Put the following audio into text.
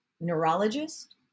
neurologist